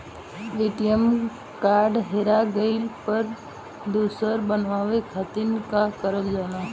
ATM card हेरा गइल पर दोसर बनवावे खातिर का करल जाला?